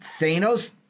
Thanos